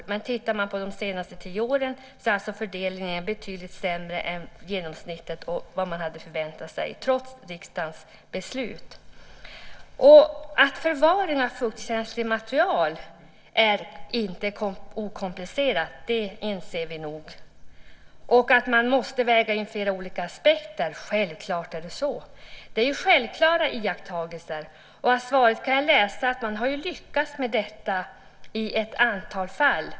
Men om man tittar på de senaste tio åren är fördelningen betydligt sämre än genomsnittet och vad man hade förväntat sig trots riksdagens beslut. Att förvaring av fuktkänsligt material inte är okomplicerat inser vi nog. Och självklart måste man väga in flera olika aspekter. Det är självklara iakttagelser. Och av svaret kan jag utläsa att man har lyckats med detta i ett antal fall.